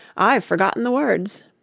i've forgotten the words